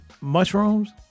mushrooms